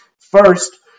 First